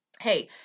Hey